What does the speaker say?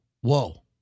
whoa